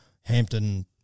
Hampton